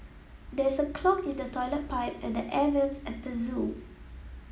there is a clog in the toilet pipe and the air vents at the zoo